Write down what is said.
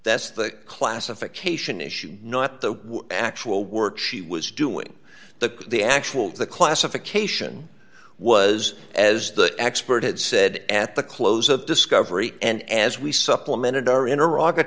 that's the classification issue not the actual work she was doing that the actual the classification was as the expert had said at the close of discovery and as we supplemented our iraq at